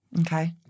Okay